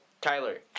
Tyler